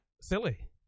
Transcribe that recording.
silly